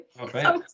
Okay